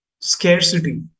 scarcity